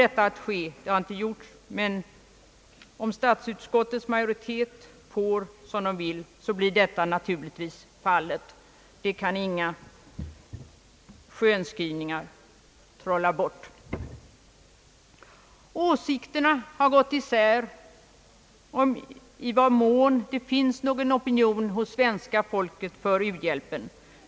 Det har vi inte gjort ännu, men om statsutskottets majoritet får som den vill, blir detta naturligtvis fallet. Det kan inga skönskrivningar trolla bort. Åsikterna har gått isär om i vad mån det hos svenska folket finns någon opinion för u-hjälp.